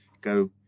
go